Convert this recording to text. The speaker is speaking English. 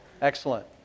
Excellent